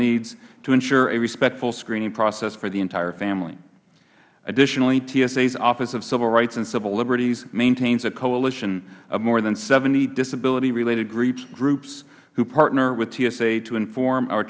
needs to ensure a respectful screening process for the entire family additionally tsa's office of civil rights and civil liberties maintains a coalition of more than seventy disability related groups who partner with tsa to inform